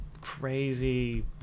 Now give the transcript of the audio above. crazy